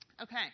Okay